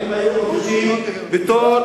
הם היו מבוקשים בתור